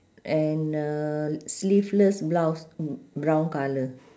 and uh sleeveless blouse brown colour